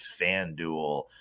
FanDuel